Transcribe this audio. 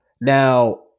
Now